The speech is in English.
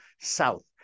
South